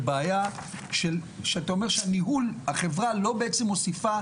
ובעיה שאתה אומר שניהול החברה לא בעצם מוסיף,